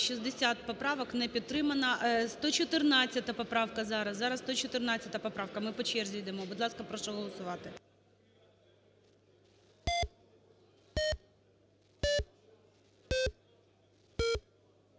За-60 Не підтримана. 114 поправка зараз. Зараз 114 поправка. Ми по черзі йдемо. Будь ласка, прошу голосувати.